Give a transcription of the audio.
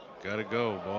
gotta go.